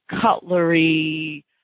cutlery